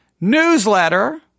newsletter